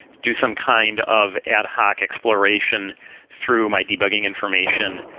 do some kind of ad hoc exploration through my debugging information.